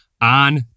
on